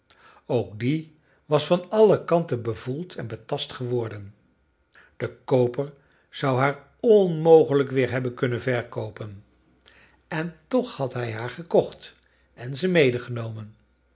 ook die was van alle kanten bevoeld en betast geworden de kooper zou haar onmogelijk weer hebben kunnen verkoopen en toch had hij haar gekocht en ze medegenomen